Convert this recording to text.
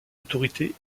autorité